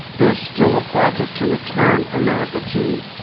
there's still a project to return america to,